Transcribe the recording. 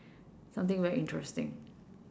something very interesting